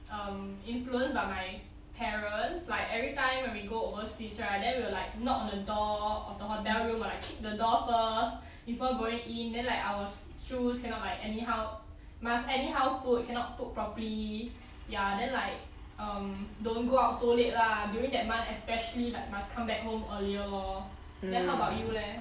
um influenced by my parents like every time when we go overseas right then we were like knock on the door of the hotel room or like kick the door first before going in then like our s~ shoes cannot like anyhow must anyhow put you cannot put properly ya then like um don't go out so late lah during that month especially like must come back home earlier lor then how about you leh